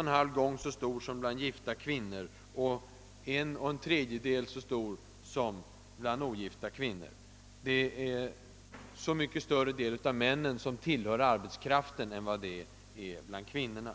en halv gång så stor som bland gifta kvinnor och en och en tredjedels gång så stor som bland ogifta kvinnor. Det är en så mycket större del av männen som tillhör arbetskraften än av kvinnorna.